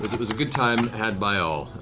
it was a good time had by all.